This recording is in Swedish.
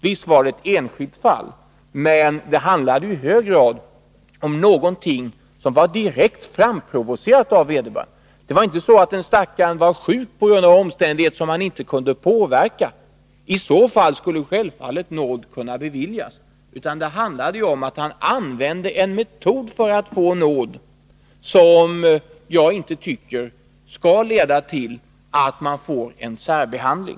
Visst var det ett enskilt fall, men det handlade i hög grad om något som var direkt framprovocerat av vederbörande. Det var inte så att den stackaren var sjuk på grund av omständigheter som han inte kunde påverka — i så fall skulle självfallet nåd kunna beviljas — utan det handlade om att han använde en metod för att få nåd som jag inte tycker skall leda till sådan särbehandling.